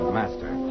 master